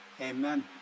amen